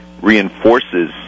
reinforces